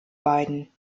beiden